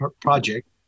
project